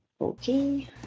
Okay